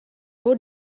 buca